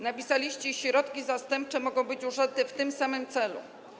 Napisaliście: środki zastępcze mogą być użyte w tym samym celu.